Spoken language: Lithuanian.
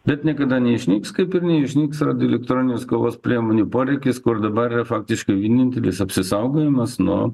bet niekada neišnyks kaip ir neišnyks radioelektroninės kovos priemonių poreikis kur dabar faktiškai vienintelis apsisaugojimas nuo